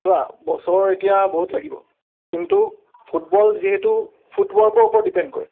চোৱা বছৰ এতিয়া বহুত লাগিব কিন্তু ফুটবল যিহেতু ফুটৱাকৰ ওপৰত ডিপেণ্ড কৰে